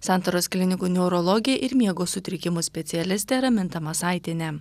santaros klinikų neurologė ir miego sutrikimų specialistė raminta masaitienė